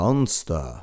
monster